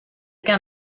gun